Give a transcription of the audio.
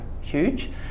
huge